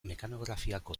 mekanografiako